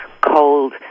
cold